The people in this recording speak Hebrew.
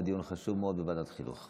היה דיון חשוב מאוד בוועדת חינוך.